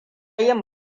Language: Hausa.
yin